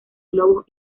globo